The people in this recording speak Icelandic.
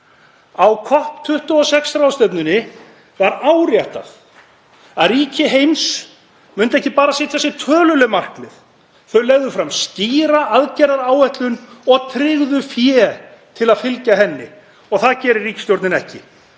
Á COP26 ráðstefnunni var áréttað að ríki heims myndu ekki bara setja sér töluleg markmið heldur legðu þau fram skýra aðgerðaáætlun og tryggðu fé til að fylgja henni og það gerir ríkisstjórnin ekki.